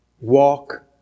Walk